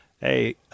Hey